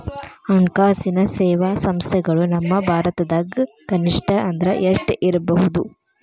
ಹಣ್ಕಾಸಿನ್ ಸೇವಾ ಸಂಸ್ಥೆಗಳು ನಮ್ಮ ಭಾರತದಾಗ ಕನಿಷ್ಠ ಅಂದ್ರ ಎಷ್ಟ್ ಇರ್ಬಹುದು?